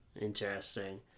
Interesting